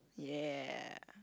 yeah